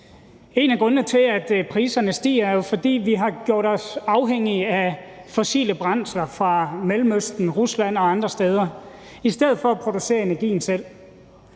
En af grundene til, at priserne stiger, er jo, at vi har gjort os afhængige af fossile brændsler fra Mellemøsten, Rusland og andre steder i stedet for at producere energien selv.